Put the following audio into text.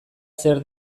zer